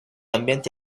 ambienti